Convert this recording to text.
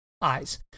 eyes